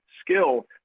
skill